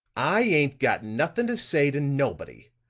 i ain't got nothing to say to nobody.